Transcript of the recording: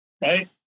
right